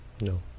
No